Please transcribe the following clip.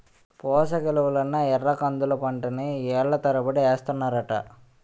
పోసకిలువలున్న ఎర్రకందుల పంటని ఏళ్ళ తరబడి ఏస్తన్నారట